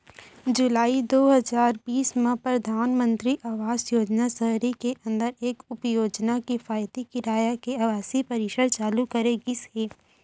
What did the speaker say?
जुलाई दू हजार बीस म परधानमंतरी आवास योजना सहरी के अंदर एक उपयोजना किफायती किराया के आवासीय परिसर चालू करे गिस हे